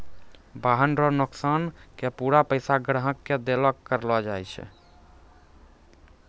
वाहन रो नोकसान के पूरा पैसा ग्राहक के देलो करलो जाय छै